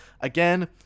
again